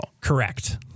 Correct